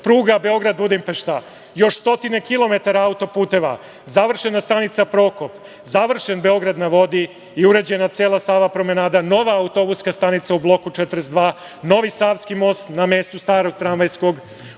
pruga Beograd – Budimpešta, još stotine kilometara autoputeva, završena stanica Prokop, završen „Beograd na vodi“ i urađena cela Sava promenada, nova autobuska stanica u bloku 42, novi savski most na mestu starog tramvajskog,